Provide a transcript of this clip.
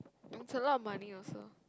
it's a lot of money also